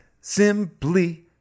simply